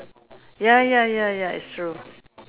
ya ya ya ya it's true